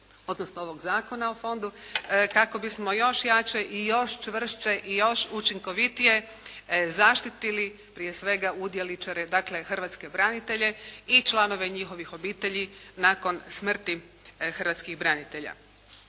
odnosno ovog Zakona o fondu, kako bismo još jače i još čvršće i još učinkovitije zaštitili prije svega udjeličare. Dakle, hrvatske branitelje i članove njihovih obitelji nakon smrti hrvatskih branitelja.